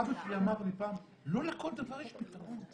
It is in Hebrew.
אבא שלי אמר לי פעם: לא לכול דבר יש פתרון.